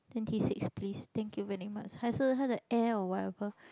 twenty six please thank you very much 还是她的：hai shi ta de air or whatever